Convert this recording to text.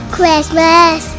Christmas